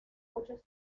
muchos